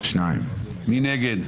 מי נגד?